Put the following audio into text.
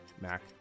Mac